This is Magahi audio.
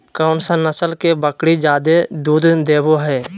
कौन सा नस्ल के बकरी जादे दूध देबो हइ?